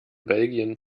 belgien